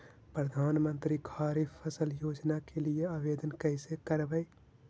प्रधानमंत्री खारिफ फ़सल योजना के लिए आवेदन कैसे करबइ?